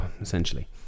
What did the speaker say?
essentially